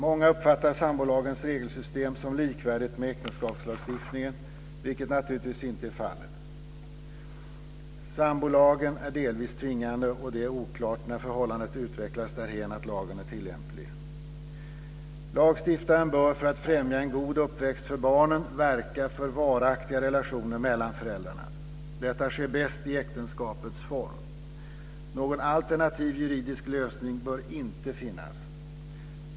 Många uppfattar sambolagens regelsystem som likvärdigt med äktenskapslagstiftningen, vilket naturligtvis inte är fallet. Sambolagen är delvis tvingande och det är oklart när förhållandet utvecklas därhän att lagen är tillämplig. Lagstiftaren bör, för att främja en god uppväxt för barnen, verka för varaktiga relationer mellan föräldrarna. Detta sker bäst i äktenskapets form. Någon alternativ juridisk lösning bör inte finnas.